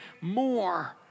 more